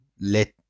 let